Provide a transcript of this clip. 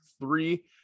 three